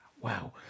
Wow